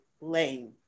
Lane